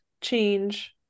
change